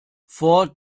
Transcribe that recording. vor